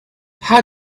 how